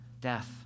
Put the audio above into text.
death